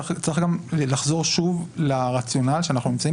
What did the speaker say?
צריך גם לחזור שוב לרציונל שאנחנו נמצאים